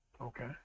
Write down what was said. Okay